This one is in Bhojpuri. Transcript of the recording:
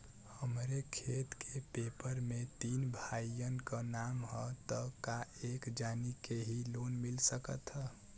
हमरे खेत के पेपर मे तीन भाइयन क नाम ह त का एक जानी के ही लोन मिल सकत ह?